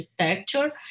architecture